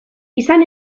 izan